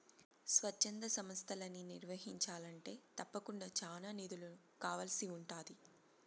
స్వచ్ఛంద సంస్తలని నిర్వహించాలంటే తప్పకుండా చానా నిధులు కావాల్సి ఉంటాది